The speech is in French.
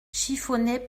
chiffonnet